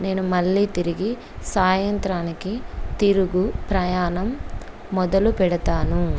నేను మళ్ళీ తిరిగి సాయంత్రానికి తిరుగు ప్రయాణం మొదలు పెడతాను